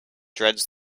dreads